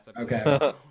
Okay